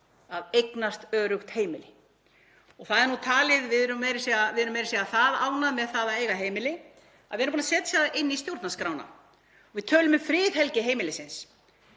að eignast öruggt heimili. Við erum meira að segja það ánægð með það að eiga heimili að við erum búin að setja það inn í stjórnarskrána. Við tölum um friðhelgi heimilisins.